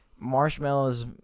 marshmallows